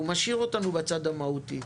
הוא משאיר אותנו בצד המהותי.